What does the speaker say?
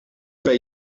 bay